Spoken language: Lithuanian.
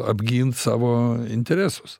apgint savo interesus